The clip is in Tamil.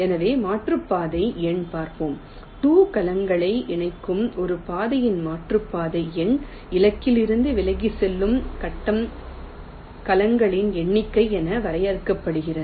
எனவே மாற்றுப்பாதை எண் பார்ப்போம் 2 கலங்களை இணைக்கும் ஒரு பாதையின் மாற்றுப்பாதை எண் இலக்கிலிருந்து விலகிச் செல்லும் கட்டம் கலங்களின் எண்ணிக்கை என வரையறுக்கப்படுகிறது